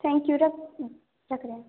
thank you रखती हूँ रख रहें